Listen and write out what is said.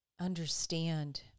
understand